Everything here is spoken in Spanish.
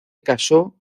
casó